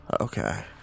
Okay